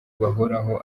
bahoraho